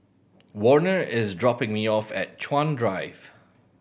Warner is dropping me off at Chuan Drive